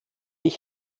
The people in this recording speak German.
ich